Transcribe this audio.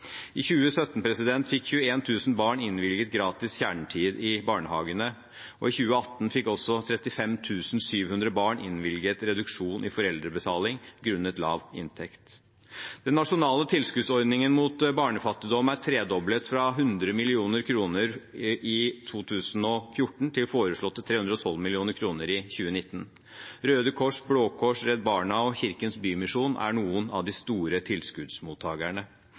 I 2017 fikk 21 000 barn innvilget gratis kjernetid i barnehagene, og i 2018 fikk også 35 700 barn innvilget reduksjon i foreldrebetaling grunnet lav inntekt. Den nasjonale tilskuddsordningen mot barnefattigdom er tredoblet, fra 100 mill. kr i 2014 til foreslåtte 312 mill. kr i 2019. Røde Kors, Blå Kors, Redd Barna og Kirkens Bymisjon er noen av de store